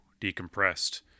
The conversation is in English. decompressed